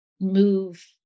move